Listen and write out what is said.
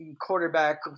quarterback